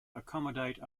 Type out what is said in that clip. accommodate